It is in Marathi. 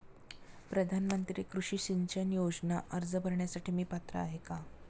प्रधानमंत्री कृषी सिंचन योजना अर्ज भरण्यासाठी मी पात्र आहे का?